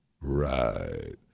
Right